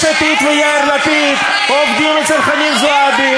יש עתיד ויאיר לפיד עובדים אצל חנין זועבי.